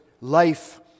life